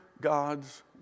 God's